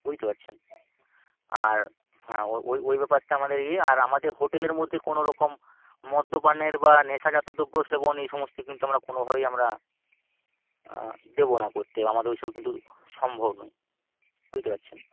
বুঝতে পারছেন আর হ্যাঁ ঐ ব্যাপারটা আমাদের ইয়ে আর আমাদের হোটেলের মধ্যে কোনো রকম মদ্যপানের বা নেশাজাত দ্রব্য সেবন এসমস্ত কিন্তু আমরা কোনোভাবেই আমরা দেব না করতে আমাদের ঐসব কিন্তু সম্ভব নয় বুঝতে পারছেন